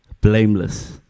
blameless